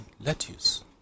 Lettuce